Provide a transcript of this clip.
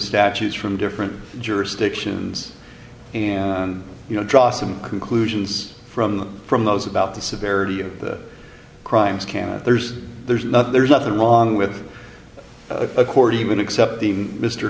statutes from different jurisdictions and you know draw some conclusions from from those about the severity of the crimes can there's there's enough there's nothing wrong with a quarter even accepting mr